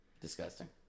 Disgusting